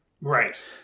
Right